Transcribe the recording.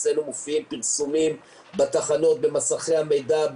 אצלנו מופיעים פרסומים בתחנות במסכי המידע,